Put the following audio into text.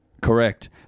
Correct